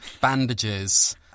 bandages